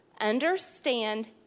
understand